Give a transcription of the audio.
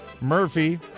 Murphy